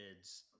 kids